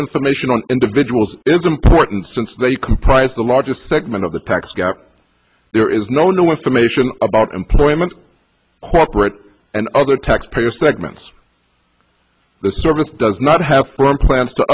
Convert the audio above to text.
information on individuals is important since they comprise the largest segment of the tax gap there is no new information about employment corporate and other tax payer segments the service does not have firm plans to